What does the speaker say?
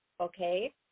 okay